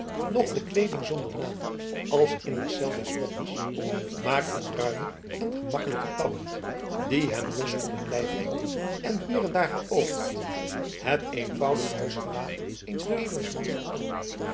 noch de kleeding zonder naam als in de cel des monniks maar een ruimen en gemakkelijken tabberd die hem los om t lijf hing en hier en daar geopend het eenvoudig huisgewaad eens edelmans vertoonde